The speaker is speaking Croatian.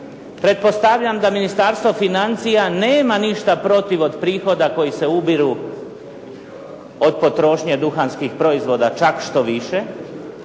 Pretpostavljam da Ministarstvo financija nema ništa protiv od prihoda koji se ubiru od potrošnje duhanskih proizvoda čak što više,